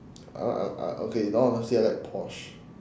al~ al~ al~ okay now honestly I like porsche